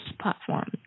platform